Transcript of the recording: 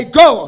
go